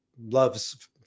loves